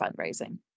fundraising